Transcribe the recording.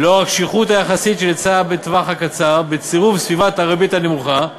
ולאור הקשיחות היחסית של ההיצע בטווח הקצר בצירוף סביבת הריבית הנמוכה,